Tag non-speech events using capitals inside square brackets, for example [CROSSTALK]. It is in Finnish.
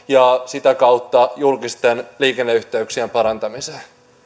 [UNINTELLIGIBLE] ja sitä kautta julkisten liikenneyhteyksien parantamiseen